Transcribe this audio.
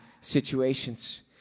situations